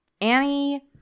Annie